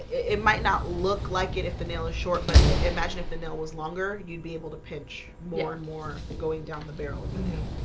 it might not look like it if the nail is short but imagine if the nail was longer you'd be able to pinch more and more going down the barrel the new